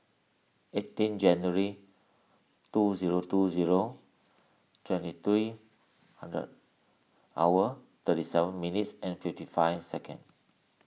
eighteen January two zero two zero twenty three hundred hour thirty seven minutes and fifty five second